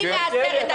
אני מעשרת.